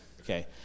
Okay